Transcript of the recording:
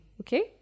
Okay